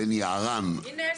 בין יערן --- הינה,